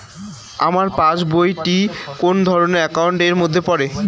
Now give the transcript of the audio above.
আমার passbook টি কোন ধরণের একাউন্ট এর মধ্যে পড়ে?